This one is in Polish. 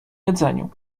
jedzeniu